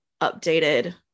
updated